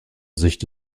sicht